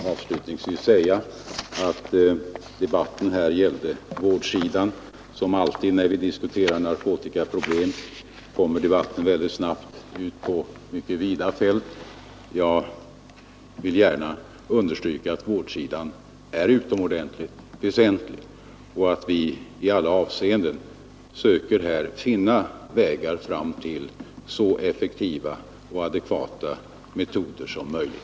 Avslutningsvis vill jag bara säga att debatten här gällde vårdsidan, men som alltid när vi diskuterar narkotikaproblem kommer den mycket snabbt ut på vida fält. Jag vill gärna understryka att vårdsidan är utomordentligt väsentlig och att vi söker finna vägar fram till så effektiva och adekvata metoder som möjligt.